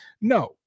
No